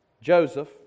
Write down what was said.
Joseph